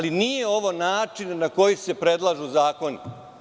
Ovo nije način na koji se predlažu zakoni.